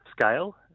scale